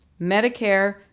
Medicare